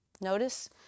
Notice